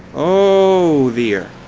oh dear,